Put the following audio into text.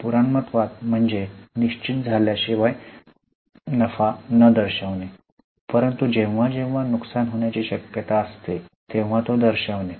पुराणमतवाद म्हणजे 'निश्चित झाल्याशिवाय नफा न दर्शविने' परंतु जेव्हा जेव्हा नुकसान होण्याची शक्यता असते तेव्हा तो दर्शविने